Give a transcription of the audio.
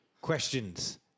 questions